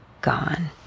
Gone